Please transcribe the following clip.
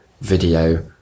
video